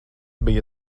bija